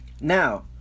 Now